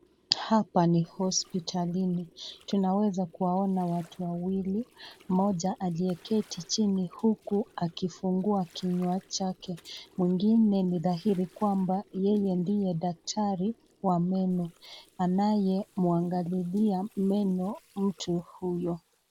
Hapa ni hosiptalini, tunaweza kuwaona watu wawili, mmoja aliyeketi chini huku akifungua kinywa chake, mwingine ni dhahiri kwamba yeye ndiye daktari wa meno, anayemwangalilia meno mtu huyo.